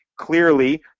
clearly